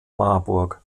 marburg